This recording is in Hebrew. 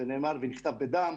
זה נאמר ונכתב בדם.